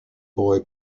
boy